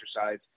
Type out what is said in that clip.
exercise